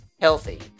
healthy